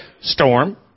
Storm